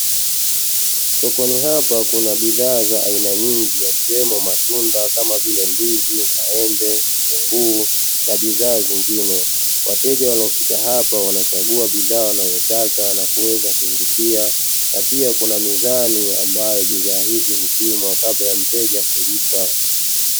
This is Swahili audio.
Sokoni hapa kuna bidhaa za aina nyingi yakiwemo matunda kama vile ndizi maembe vitunguu na bidhaa zingine, wateja waliofika hapa wanachagua bidhaa wanayotaka na kuweza kuilipia na pia kuna mizani ambayo bidhaa hizi kupimwa kabla ya mteja kulipa.